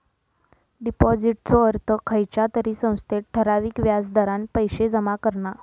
डिपाॅजिटचो अर्थ खयच्या तरी संस्थेत ठराविक व्याज दरान पैशे जमा करणा